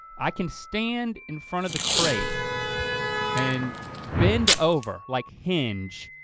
i can stand in front of the crate and bend over, like hinge,